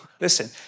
listen